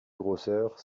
grosseur